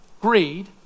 greed